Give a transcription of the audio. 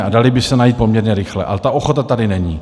A daly by se najít poměrně rychle, ale ta ochota tady není.